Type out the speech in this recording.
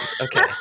Okay